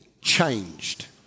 changed